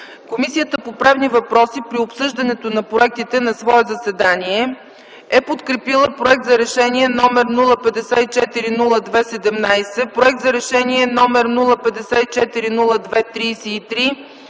Комисията по правни въпроси при обсъждането на проектите на свое заседание е подкрепила Проект за решение № 054-02-17, Проект за решение № 054-02-33